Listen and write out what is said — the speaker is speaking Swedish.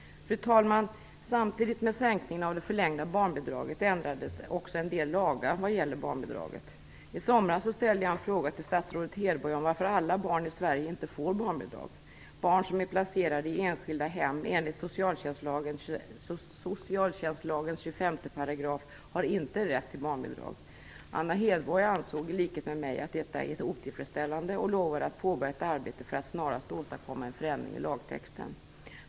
Fru talman! Samtidigt som det förlängda barnbidraget sänktes ändrades också en del lagar vad gäller barnbidraget. I somras ställde jag en fråga till statsrådet Hedborg om varför alla barn i Sverige inte får barnbidrag. Barn som är placerade i enskilda hem har, enligt 25 § i socialtjänstlagen, inte rätt till barnbidrag. Anna Hedborg ansåg i likhet med mig att detta var otillfredsställande och lovade att påbörja ett arbete för att snarast åstadkomma en förändring i lagtexten.